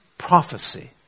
prophecy